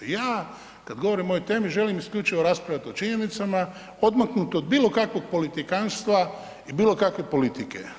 Ja kad govorim o ovoj temi želim isključivo raspravljati o činjenicama, odmaknut od bilo kakvog politikantstva i bilo kakve politike.